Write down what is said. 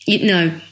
no